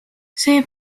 see